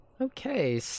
Okay